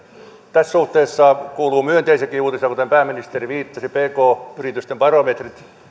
tässä suhteessa kuuluu myönteisiäkin uutisia kuten pääministeri viittasi pk yritysten barometrit